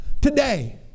Today